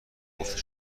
گفته